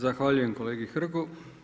Zahvaljujem kolegi Hrgu.